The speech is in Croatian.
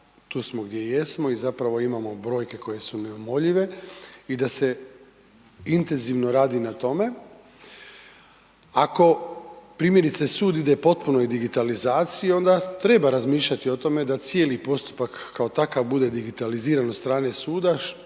tu smo gdje jesmo i zapravo imamo brojke koje su neumoljive i da se intenzivno radi na tome. Ako primjerice sud ide potpunoj digitalizaciji onda treba razmišljati o tome da cijeli postupak kao takav bude digitaliziran od strane suda,